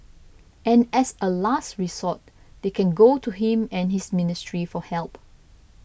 and as a last rethought they can go to him and his ministry for help